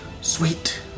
Sweet